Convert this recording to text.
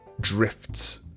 drifts